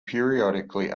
periodically